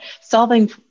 solving